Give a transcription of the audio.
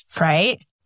Right